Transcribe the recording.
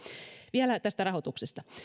vielä tästä rahoituksesta